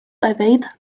evade